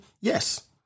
Yes